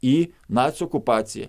į nacių okupaciją